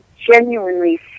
genuinely